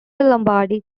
lombardi